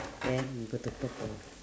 then we go to purple